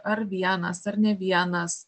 ar vienas ar ne vienas